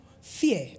fear